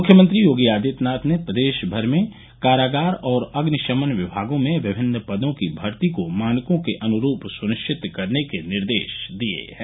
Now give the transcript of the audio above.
मुख्यमंत्री योगी आदित्यनाथ ने प्रदेश में कारागार और अग्निशमन विभागों में विभिन्न पदों की भर्ती को मानकों के अनुरूप सुनिश्चित करने के निर्देश दिये हैं